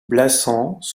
blassans